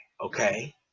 okay